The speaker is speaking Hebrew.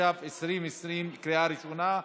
התש"ף 2020, לקריאה ראשונה.